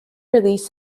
release